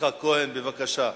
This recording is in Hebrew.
יצחק כהן, בבקשה.